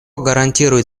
гарантирует